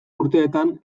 urteetan